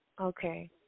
Okay